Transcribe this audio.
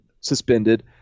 suspended